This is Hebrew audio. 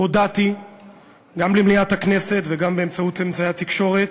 הודעתי גם למליאת הכנסת וגם באמצעי התקשורת,